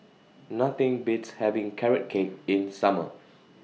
Nothing Beats having Carrot Cake in Summer